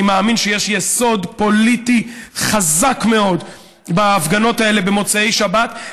אני מאמין שיש יסוד פוליטי חזק מאוד בהפגנות האלה במוצאי שבת,